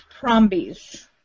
prombies